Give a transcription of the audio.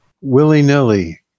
Willy-nilly